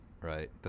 right